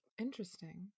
interesting